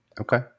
Okay